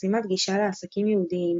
חסימת גישה לעסקים יהודיים,